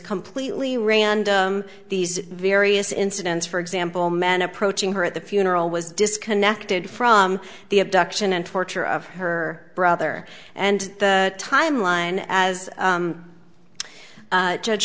completely random these various incidents for example men approaching her at the funeral was disconnected from the abduction and torture of her brother and the timeline as